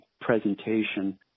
presentation